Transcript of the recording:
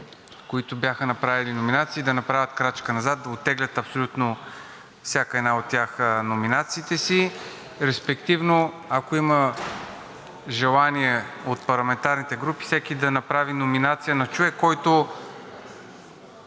които бяха направили номинации, да направят крачка назад, да оттеглят абсолютно всяка една от тях номинациите си. Респективно, ако има желание от парламентарните групи, всеки да направи номинация на човек, който